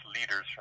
leaders